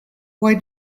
why